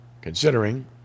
considering